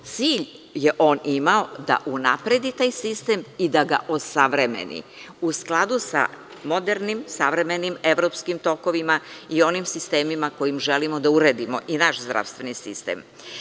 Cilj je on imao da unapredi taj sistem i da ga osavremeni u skladu sa modernim savremenim evropskim tokovima i onim sistemima kojima želimo da uredimo i naš zdravstveni sistem.